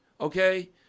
okay